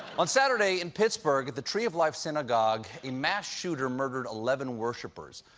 on saturday, in pittsburgh at the tree of life synagogue, a mass shooter murdered eleven worshippers.